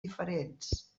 diferents